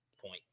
point